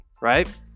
right